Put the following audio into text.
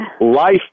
life